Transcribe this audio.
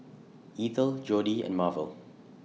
Eathel Jodi and Marvel